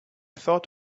thought